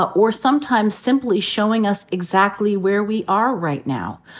ah or sometimes simply showing us exactly where we are right now.